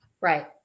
Right